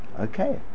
Okay